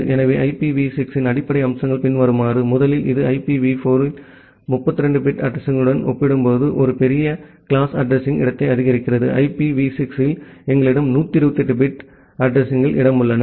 எனவே ஐபிவி 6 இன் அடிப்படை அம்சங்கள் பின்வருமாறு முதலில் இது ஐபிவி 4 இல் 32 பிட் அட்ரஸிங்யுடன் ஒப்பிடும்போது ஒரு பெரிய வகுப்பு அட்ரஸிங் இடத்தை ஆதரிக்கிறது IPv6 இல் எங்களிடம் 128 பிட் அட்ரஸிங்கள் இடம் உள்ளன